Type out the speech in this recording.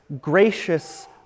gracious